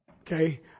Okay